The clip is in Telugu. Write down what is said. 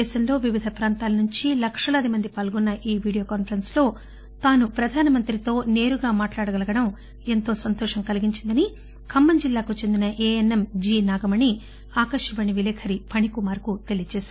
దేశంలో వివిధ ప్రాంతాల నుంచి లక్షలాది మంది పాల్గొన్న ఈ వీడియో కాన్పరెన్స్ లో తాను ప్రధానమంత్రితో సేరుగా మాట్లాడగలగడం ఎంతో సంతోషం కలిగించిందని ఖమ్మం జిల్లాకు చెందిన ఏఎస్ఎం జి నాగమణి ఆకాశవాణి విలేకరి ఫణికుమార్ కు తెలియజెప్పారు